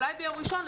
אולי ביום ראשון,